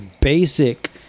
basic